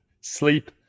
Sleep